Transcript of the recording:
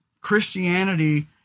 Christianity